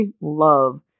love